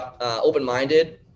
open-minded